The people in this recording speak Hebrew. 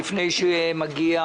לפני שמגיע